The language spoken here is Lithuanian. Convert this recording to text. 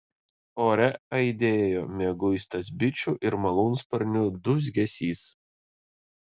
ore aidėjo mieguistas bičių ir malūnsparnių dūzgesys